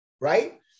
right